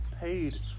paid